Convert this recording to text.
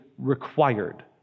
required